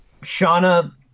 Shauna